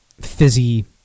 fizzy